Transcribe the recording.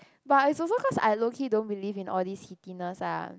but is also cause I low key don't believe in all this heatiness ah